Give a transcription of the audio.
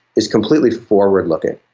is completely forward-looking.